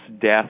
death